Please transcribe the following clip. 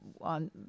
on